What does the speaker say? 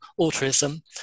altruism